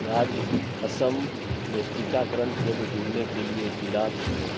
राज्य असम में टीकाकरण केंद्र ढूँढ़ने के लिए ज़िला चुनें